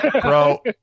Bro